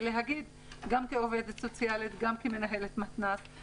אני רוצה להגיד גם כעובדת סוציאלית וגם כמנהלת מתנ"ס,